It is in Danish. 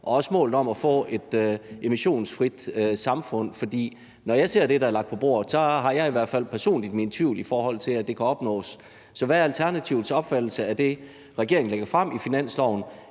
og også målet om at få et emissionsfrit samfund? For når jeg ser det, der er lagt på bordet, har jeg i hvert fald personligt min tvivl, i forhold til at det kan opnås. Så hvad er Alternativets opfattelse af det, regeringen lægger frem i finanslovsforslaget?